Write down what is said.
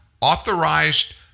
authorized